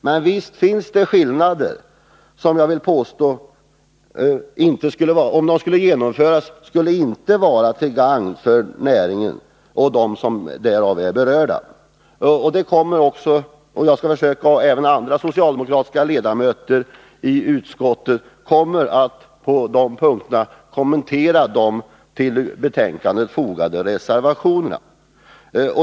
Men visst finns det skillnader som, om de skulle genomföras, inte skulle vara till gagn för näringen och dem som därav är berörda. Jag, och även andra socialdemokratiska ledamöter i utskottet, kommer att på de punkterna kommentera de till betänkandet fogade reservationerna.